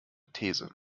these